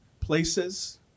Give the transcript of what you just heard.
places